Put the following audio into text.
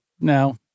No